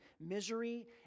misery